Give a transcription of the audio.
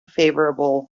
favorable